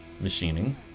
machining